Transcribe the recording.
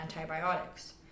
antibiotics